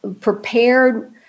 prepared